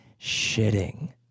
shitting